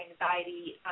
anxiety